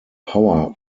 power